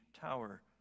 tower